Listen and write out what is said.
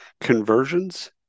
conversions